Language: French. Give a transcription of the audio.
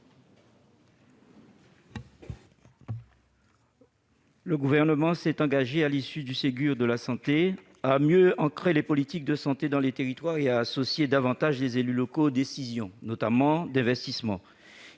Le Gouvernement s'est engagé, à l'issue du Ségur de la santé, à mieux ancrer les politiques de santé dans les territoires et à associer davantage les élus locaux aux décisions d'investissement,